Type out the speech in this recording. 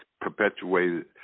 perpetuated